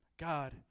God